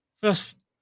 first